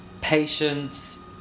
patience